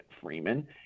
Freeman